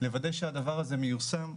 לוודא שהדבר הזה מיושם,